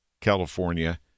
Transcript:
California